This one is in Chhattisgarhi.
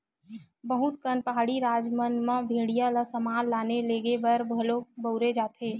बहुत कन पहाड़ी राज मन म भेड़िया ल समान लाने लेगे बर घलो बउरे जाथे